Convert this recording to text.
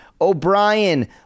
O'Brien